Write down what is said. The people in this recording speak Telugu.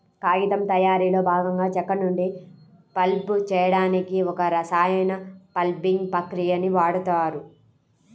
కాగితం తయారీలో భాగంగా చెక్క నుండి పల్ప్ చేయడానికి ఒక రసాయన పల్పింగ్ ప్రక్రియని వాడుతారు